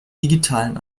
digitalen